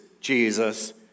Jesus